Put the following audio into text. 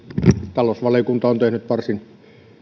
talousvaliokunta on tehnyt varsin